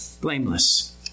blameless